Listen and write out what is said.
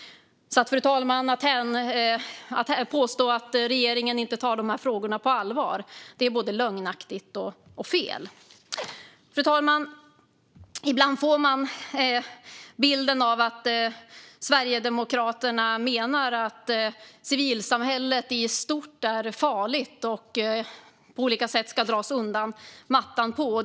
Fru talman! Att påstå att regeringen inte tar de här frågorna på allvar är alltså både lögnaktigt och fel. Fru talman! Ibland får man bilden av att Sverigedemokraterna menar att civilsamhället i stort är farligt och att man på olika sätt ska dra undan mattan för det.